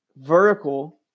vertical